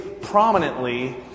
prominently